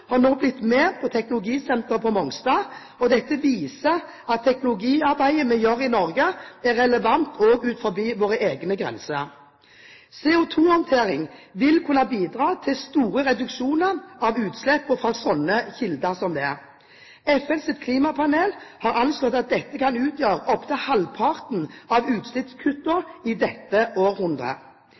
har nå blitt med på teknologisenteret på Mongstad. Dette viser at teknologiarbeidet vi gjør i Norge, er relevant, også utenfor våre egne grenser. CO2-håndtering vil kunne bidra til store reduksjoner av utslipp fra slike kilder som dette. FNs klimapanel har anslått at dette kan utgjøre opptil halvparten av utslippskuttene i dette århundret.